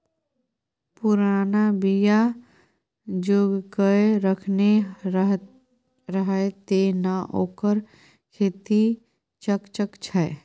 पुरना बीया जोगाकए रखने रहय तें न ओकर खेती चकचक छै